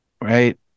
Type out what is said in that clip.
right